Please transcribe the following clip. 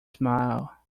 smile